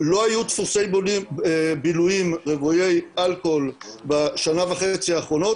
לא היו דפוסי בילויים רוויי אלכוהול בשנה וחצי האחרונות,